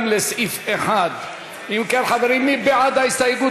2 לסעיף 1. אם כן, חברים, מי בעד ההסתייגות?